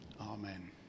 Amen